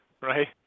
right